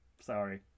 Sorry